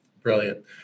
brilliant